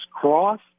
cross